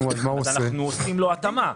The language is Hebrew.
אנחנו עושים לו התאמה.